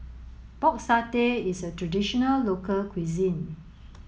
Pork Satay is a traditional local cuisine